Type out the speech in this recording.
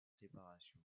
séparation